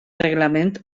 reglament